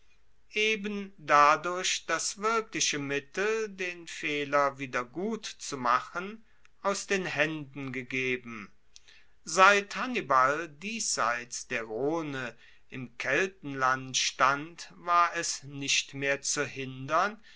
eben dadurch das wirkliche mittel den fehler wiedergutzumachen aus den haenden gegeben seit hannibal diesseits der rhone im keltenland stand war es nicht mehr zu hindern